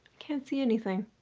can't see anything.